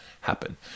happen